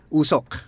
usok